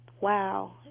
wow